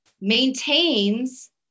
maintains